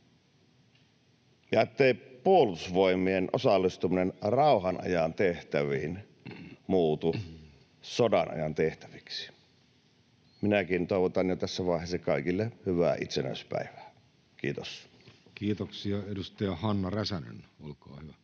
ja ettei puolustusvoimien osallistuminen rauhanajan tehtäviin muutu sodanajan tehtäviksi. Minäkin toivotan jo tässä vaiheessa kaikille hyvää itsenäisyyspäivää. — Kiitos. Kiitoksia. — Edustaja Hanna Räsänen, olkaa hyvä.